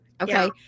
Okay